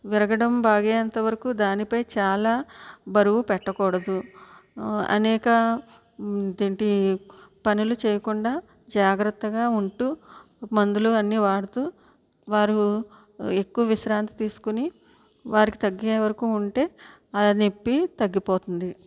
విరగడం బాగయ్యేంతవరకు దానిపై చాలా బరువు పెట్టకూడదు అనేక ఏంటి పనులు చేయకుండా జాగ్రత్తగా ఉంటూ మందులు అన్ని వాడుతూ వారు ఎక్కువ విశ్రాంతి తీసుకుని వారికి తగ్గేవరకు ఉంటే ఆ నొప్పి తగ్గిపోతుంది